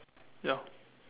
ya